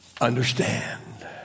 understand